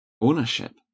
ownership